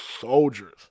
soldiers